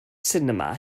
sinema